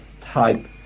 type